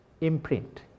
imprint